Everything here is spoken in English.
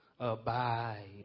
Abide